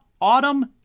Autumn